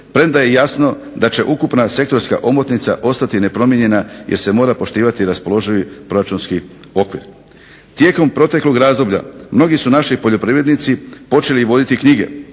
premda je jasno da će ukupna sektorska omotnica ostati nepromijenjena jer se mora poštivati raspoloživi proračunski okvir. Tijekom proteklog razdoblja mnogi su naši poljoprivrednici počeli voditi knjige